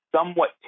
somewhat